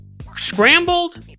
Scrambled